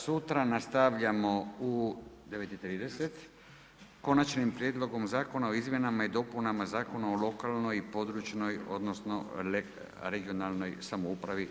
Sutra nastavljamo u 9,30 s Konačnim prijedlogom zakona o Izmjenama i dopunama Zakona o lokalnoj i područnoj, odnosno regionalnoj samoupravi.